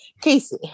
Casey